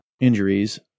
injuries